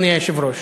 אדוני היושב-ראש.